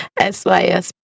sys